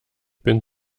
bin